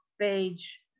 page